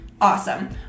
Awesome